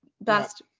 best